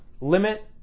limit